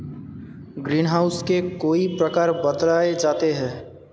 green house के कई प्रकार बतलाए जाते हैं